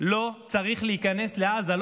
לא צריכים להיכנס לעזה.